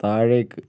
താഴേക്ക്